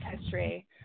history